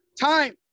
Time